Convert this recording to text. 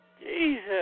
Jesus